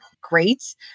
great